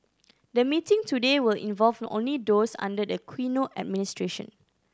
the meeting today will involve only those under the Aquino administration